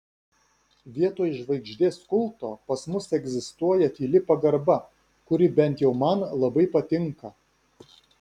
vietoj žvaigždės kulto pas mus egzistuoja tyli pagarba kuri bent jau man labai patinka